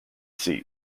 seat